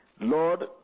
Lord